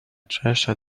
treasure